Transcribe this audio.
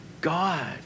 God